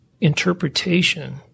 interpretation